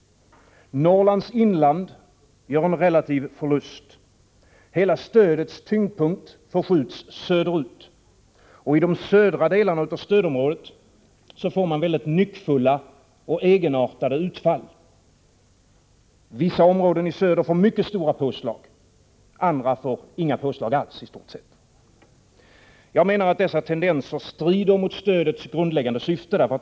Norrlands inland gör en relativ förlust. Hela stödets tyngdpunkt förskjuts söderut. I de södra delarna av stödområdet får man väldigt nyckfulla och egenartade utfall. Vissa områden i söder får mycket stora påslag. Andra får i stort sett inga påslag alls. Jag menar att dessa tendenser strider mot stödets grundläggande syfte.